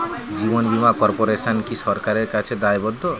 জীবন বীমা কর্পোরেশন কি সরকারের কাছে দায়বদ্ধ?